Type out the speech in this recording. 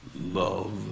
love